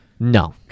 No